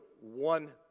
one